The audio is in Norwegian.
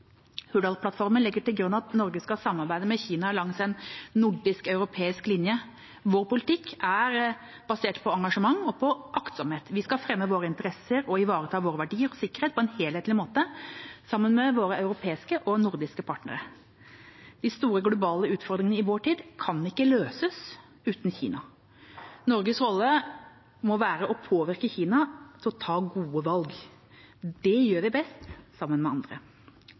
legger til grunn at Norge skal samarbeide med Kina langs en nordisk og europeisk linje. Vår politikk er basert på engasjement og aktsomhet. Vi skal fremme våre interesser og ivareta våre verdier og sikkerhet på en helhetlig måte, sammen med våre europeiske og nordiske partnere. De store globale utfordringene i vår tid kan ikke løses uten Kina. Norges rolle må være å påvirke Kina til å ta gode valg. Det gjør vi best sammen med andre.